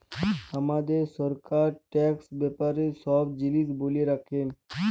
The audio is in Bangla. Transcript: হামাদের সরকার ট্যাক্স ব্যাপারে সব জিলিস ব্যলে রাখে